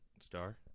Star